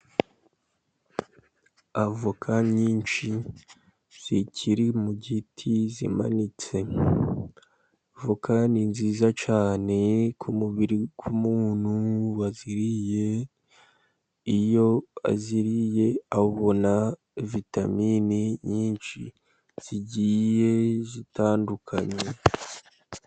Avoka nyinshi zikiri mu giti zimanitse. Voka ni nziza cyane ku mubiri w'umuntu waziriye, iyo aziriye abona vitaminini nyinshi zigiye zitandukanye.